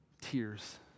tears